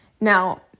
Now